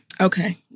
Okay